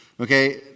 Okay